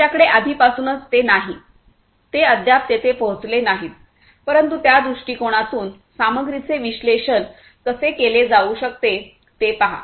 त्यांच्याकडे आधीपासूनच हे नाही ते अद्याप तेथे पोहोचले नाहीत परंतु त्या दृष्टीकोनातून सामग्रीचे विश्लेषण कसे केले जाऊ शकते ते पहा